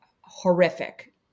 horrific